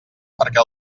perquè